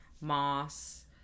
Moss